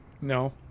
No